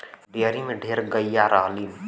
dairy में ढेर गइया रहलीन